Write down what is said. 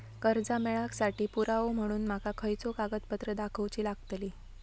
कर्जा मेळाक साठी पुरावो म्हणून माका खयचो कागदपत्र दाखवुची लागतली?